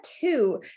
two